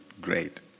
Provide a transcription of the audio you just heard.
great